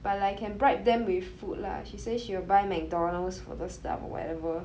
but like can bribe them with food lah she say she will buy McDonald's for the staff or whatever